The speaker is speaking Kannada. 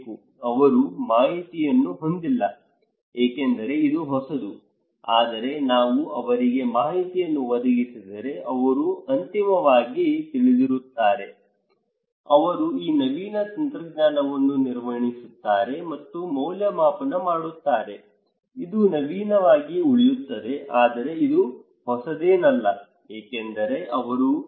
ಅವರು ಮಾಹಿತಿಯನ್ನು ಹೊಂದಿಲ್ಲ ಏಕೆಂದರೆ ಇದು ಹೊಸದು ಆದರೆ ನಾವು ಅವರಿಗೆ ಮಾಹಿತಿಯನ್ನು ಒದಗಿಸಿದರೆ ಅವರು ಅಂತಿಮವಾಗಿ ತಿಳಿದಿರುತ್ತಾರೆ ಅವರು ಈ ನವೀನ ತಂತ್ರಜ್ಞಾನವನ್ನು ನಿರ್ಣಯಿಸುತ್ತಾರೆ ಮತ್ತು ಮೌಲ್ಯಮಾಪನ ಮಾಡುತ್ತಾರೆ ಇದು ನವೀನವಾಗಿ ಉಳಿಯುತ್ತದೆ ಆದರೆ ಇದು ಹೊಸದೇನಲ್ಲ ಏಕೆಂದರೆ ಅವರು ಕೆಲವು ಪ್ರತಿಕ್ರಿಯೆ ಹೊಂದಿರುತ್ತಾರೆ